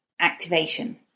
activation